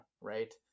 right